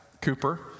Cooper